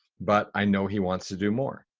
but i know he wants to do more.